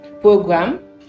program